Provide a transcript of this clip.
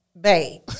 babe